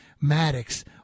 Maddox